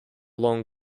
long